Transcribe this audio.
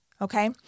okay